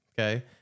Okay